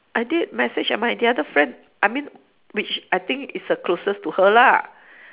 I did message and my the other friend I mean which I think is a closest to her lah